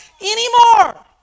anymore